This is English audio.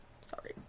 sorry